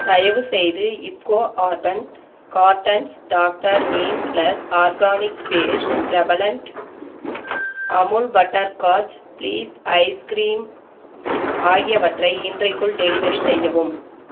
தயவுசெய்து IFFCO urban gardens doctor neem plus organic paste repellent Amul butterscotch please ice cream ஆகியவற்றை இன்றைக்குள் delivery செய்யவும்